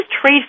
trade